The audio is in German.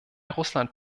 russland